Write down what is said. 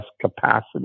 capacity